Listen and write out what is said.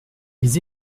ils